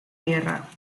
tierra